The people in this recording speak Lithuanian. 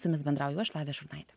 su jumis bendrauju aš lavija šurnaitė